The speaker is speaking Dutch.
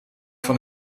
van